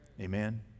Amen